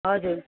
हजुर